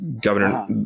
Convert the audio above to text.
Governor